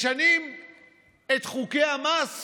משנים את חוקי המס